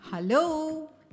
Hello